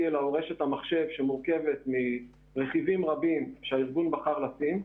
אלא רשת מחשב שמורכבת מרכיבים רבים שהארגון בחר לשים,